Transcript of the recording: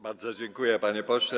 Bardzo dziękuję, panie pośle.